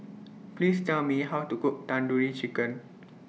Please Tell Me How to Cook Tandoori Chicken